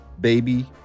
baby